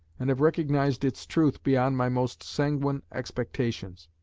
and have recognised its truth beyond my most sanguine expectations.